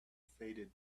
faded